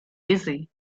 dizzy